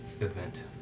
event